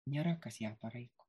nėra kas ją paraiko